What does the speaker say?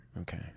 okay